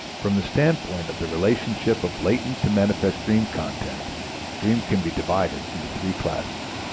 from the standpoint of the relationship of latent to manifest dream-content, dreams can be divided into three classes.